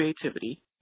creativity